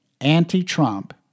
anti-Trump